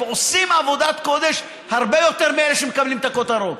ועושים עבודת קודש הרבה יותר מאלה שמקבלים את הכותרות.